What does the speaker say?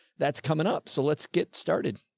that's coming up. so let's get started.